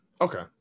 Okay